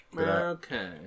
okay